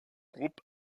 groupe